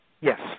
Yes